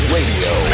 Radio